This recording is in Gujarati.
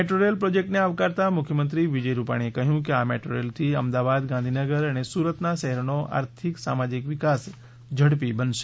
મેટ્રો રેલ પ્રોજેક્ટને આવકારતા મુખ્યમંત્રી વિજય રૂપાણીએ કહ્યું કે આ મેટ્રો રેલથી અમદાવાદ ગાંધીનગર અને સુરત શહેરોનો આર્થિક સામાજીક વિકાસ ઝડપી બનશે